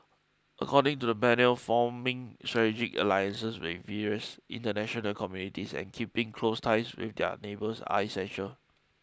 according to the panel forming strategic alliances with various international communities and keeping close ties with their neighbours are essential